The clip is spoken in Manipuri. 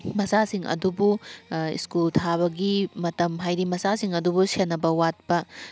ꯃꯆꯥꯁꯤꯡ ꯑꯗꯨꯕꯨ ꯁ꯭ꯀꯨꯜ ꯊꯥꯕꯒꯤ ꯃꯇꯝ ꯍꯥꯏꯗꯤ ꯃꯆꯥꯁꯤꯡ ꯑꯗꯨꯕꯨ ꯁꯦꯟꯅꯕ ꯋꯥꯠꯄ